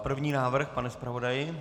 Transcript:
První návrh, pane zpravodaji?